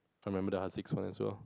I remember the Haziq's one as well